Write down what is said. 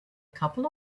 couple